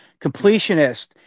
completionist